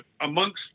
amongst